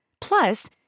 Plus